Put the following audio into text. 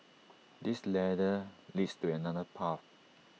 this ladder leads to another path